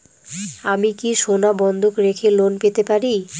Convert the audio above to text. আমি কি সোনা বন্ধক রেখে লোন পেতে পারি?